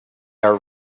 are